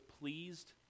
pleased